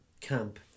camp